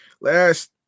last